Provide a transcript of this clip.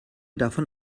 davon